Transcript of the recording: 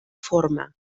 forma